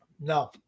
No